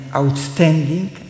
outstanding